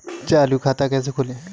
चालू खाता कैसे खोलें?